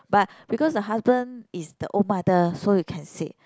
but because the husband is the own brother so you can said